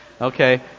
Okay